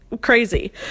crazy